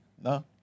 no